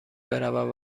برود